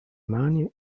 mani